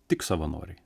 tik savanoriai